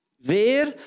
Wer